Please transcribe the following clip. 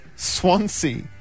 Swansea